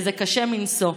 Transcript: וזה קשה מנשוא.